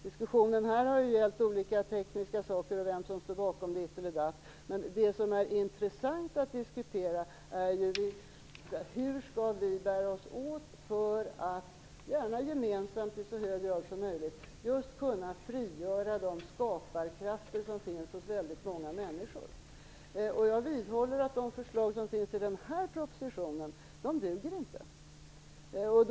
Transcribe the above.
Diskussionen här har ju gällt olika tekniska saker och vem som står bakom vad, men det som är intressant att diskutera är ju hur vi skall bära oss åt för att, gärna gemensamt i så hög grad som möjligt, kunna frigöra de skaparkrafter som finns hos väldigt många människor. Jag vidhåller att de förslag som finns i den här propositionen inte duger.